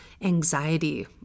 anxiety